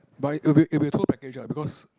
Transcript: but it'll be it'll be tour package ah because